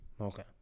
okay